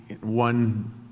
one